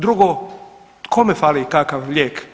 Drugo, kome fali kakav lijek?